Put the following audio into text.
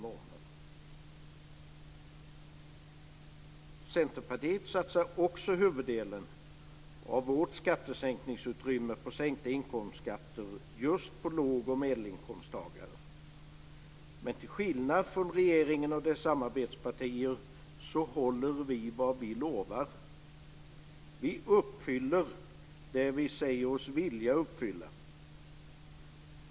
Också Centerpartiet satsar huvuddelen av sitt skattesänkningsutrymme på sänkta inkomstskatter just på låg och medelinkomsttagare, men till skillnad från regeringen och dess samarbetspartier håller vi vad vi lovar. Vi uppfyller det som vi säger oss vilja uppfylla.